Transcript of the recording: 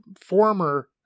former